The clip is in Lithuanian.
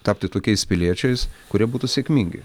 tapti tokiais piliečiais kurie būtų sėkmingi